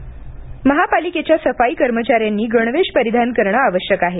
गणवेश महापालिकेच्या सफाई कर्मचाऱ्यांनी गणवेश परिधान करणं आवश्यक आहे